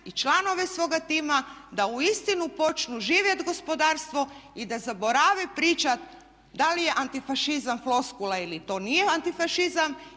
i članove svoga tima da uistinu počnu živjeti gospodarstvo i da zaborave pričati da li je antifašizam floskula ili to nije antifašizam